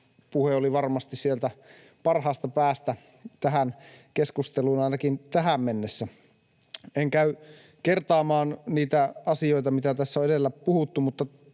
puhe oli varmasti sieltä parhaasta päästä tässä keskustelussa, ainakin tähän mennessä. En käy kertaamaan niitä asioita, mitä tässä on edellä puhuttu, mutta